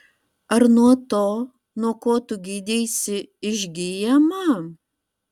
ar nuo to nuo ko tu gydeisi išgyjama